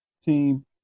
team